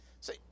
see